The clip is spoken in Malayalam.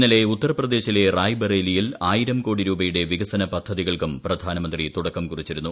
ഇന്നലെ ഉത്തർപ്രദേശിലെ റായ്ബെറേലിയിൽ ആയിരം കോടി രൂപയുടെ വികസന പദ്ധതികൾക്കും പ്രധാനമന്ത്രി തുടക്കം കുറിച്ചിരുന്നു